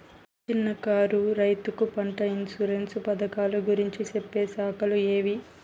చిన్న కారు రైతుకు పంట ఇన్సూరెన్సు పథకాలు గురించి చెప్పే శాఖలు ఏవి?